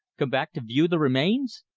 come back to view, the remains?